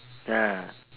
ah